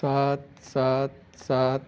ਸਾਤ ਸਾਤ ਸਾਤ